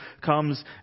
comes